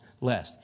less